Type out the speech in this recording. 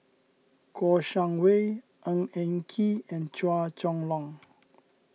Kouo Shang Wei Ng Eng Kee and Chua Chong Long